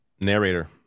Narrator